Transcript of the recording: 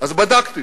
אז בדקתי